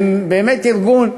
שהן באמת ארגון,